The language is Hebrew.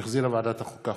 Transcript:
שהחזירה ועדת החוקה,